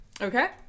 Okay